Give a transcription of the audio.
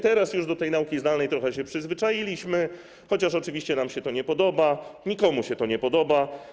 Teraz już do tej nauki zdalnej trochę się przyzwyczailiśmy, chociaż oczywiście nam się to nie podoba, nikomu się to nie podoba.